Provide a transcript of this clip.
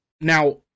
Now